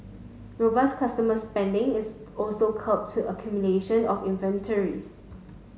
robust consumer spending is also curbed the accumulation of inventories